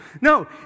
No